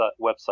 website